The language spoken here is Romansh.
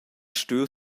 stuiu